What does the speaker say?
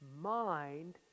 mind